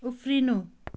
उफ्रिनु